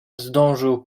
zdążył